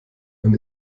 man